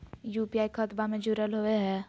UPI खतबा से जुरल होवे हय?